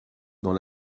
dans